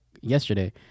yesterday